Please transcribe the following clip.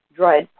Dried